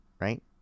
right